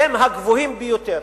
הם הגבוהים ביותר.